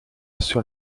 sur